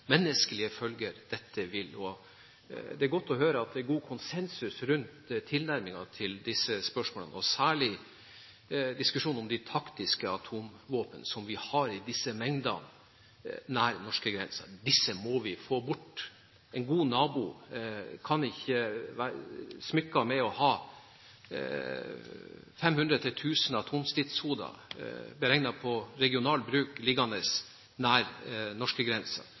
menneskelige følger dette vil få. Det er godt å høre at det er god konsensus rundt tilnærmingen til disse spørsmålene, særlig diskusjonen om de taktiske atomvåpnene som vi har i disse mengdene nær norskegrensen. Disse må vi få bort. En god nabo kan ikke være smykket med å ha 500–1 000 atomstridshoder beregnet på regional bruk liggende nær